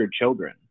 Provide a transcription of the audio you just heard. children